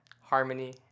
Harmony